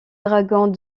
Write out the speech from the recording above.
dragons